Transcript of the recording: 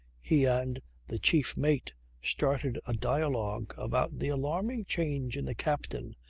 he and the chief mate started a dialogue about the alarming change in the captain,